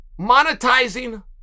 monetizing